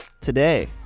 today